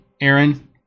aaron